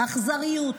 האכזריות,